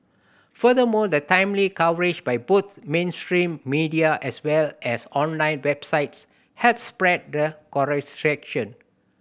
furthermore the timely coverage by both mainstream media as well as online websites help spread the